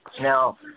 now